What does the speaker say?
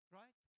right